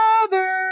Mother